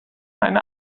eine